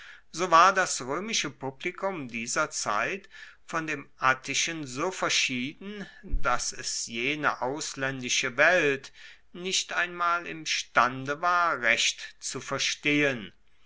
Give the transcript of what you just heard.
so war das roemische publikum dieser zeit von dem attischen so verschieden dass es jene auslaendische welt nicht einmal imstande war recht zu verstehen